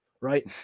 right